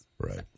Right